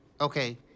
Okay